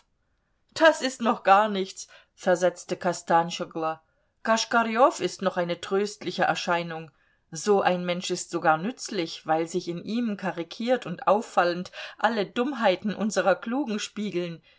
das ist noch gar nichts versetzte kostanschoglo koschkarjow ist noch eine tröstliche erscheinung so ein mensch ist sogar nützlich weil sich in ihm karikiert und auffallend alle dummheiten unserer klugen spiegeln